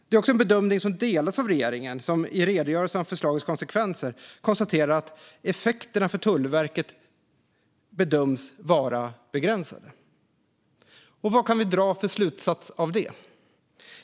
Det är också en bedömning som delas av regeringen, som i redogörelsen av förslagets konsekvenser konstaterar att effekterna för Tullverket bedöms vara begränsade. Vad kan vi dra för slutsats av det?